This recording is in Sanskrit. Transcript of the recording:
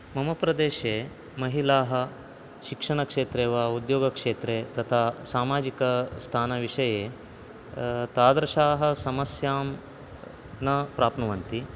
मम प्रदेशे महिलाः शिक्षणक्षेत्रे वा उद्योगक्षेत्रे तथा सामाजिकस्थानविषये तादृशाः समस्यां न प्राप्नुवन्ति